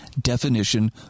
definition